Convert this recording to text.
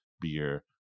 beer